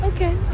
Okay